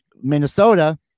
Minnesota